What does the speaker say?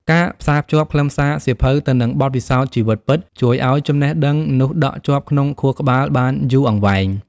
ការផ្សារភ្ជាប់ខ្លឹមសារសៀវភៅទៅនឹងបទពិសោធន៍ជីវិតពិត ជួយឱ្យចំណេះដឹងនោះដក់ជាប់ក្នុងខួរក្បាលបានយូរអង្វែង។